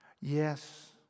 Yes